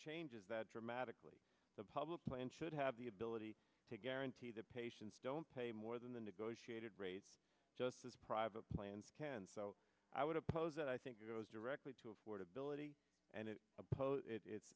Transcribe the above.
changes that dramatically the public plan should have the ability to guarantee the patients don't pay more than the negotiated rate just as private plans can so i would oppose that i think it goes directly to affordability and it